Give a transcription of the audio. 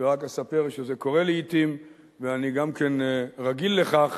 ורק אספר שזה קורה לעתים ואני גם כן רגיל לכך.